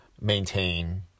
maintain